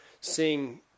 seeing